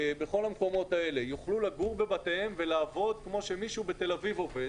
בכל המקומות האלה יוכלו לגור בבתיהם ולעבוד כמו שמישהו בתל אביב עובד,